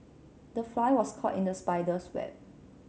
the fly was caught in the spider's web